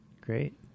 Great